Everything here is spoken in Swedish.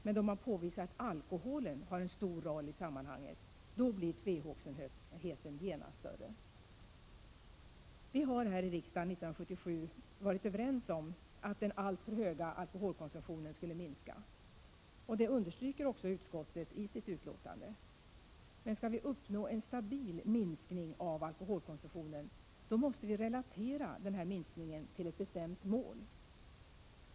Men då man påvisar att alkoholen har en stor roll i sammanhanget, blir tvehågsenheten genast större. Vi var här i riksdagen 1977 överens om att den alltför höga alkoholkonsumtionen skulle minska. Detta understryker också utskottet i sitt utlåtande. Men skall vi uppnå en stabil minskning av alkoholkonsumtionen, måste vi relatera denna minskning till ett bestämt mål.